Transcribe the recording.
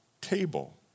table